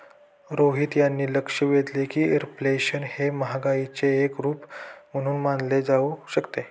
मोहित यांनी लक्ष वेधले की रिफ्लेशन हे महागाईचे एक रूप म्हणून मानले जाऊ शकते